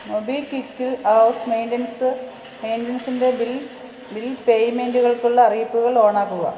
മൊബിക്വിക്കിൽ house maintenance മെയിൻ്റെനൻസിൻറെ bill bill പേയ്മെൻറുകൾക്കുള്ള അറിയിപ്പുകൾ ഓൺ ആക്കുക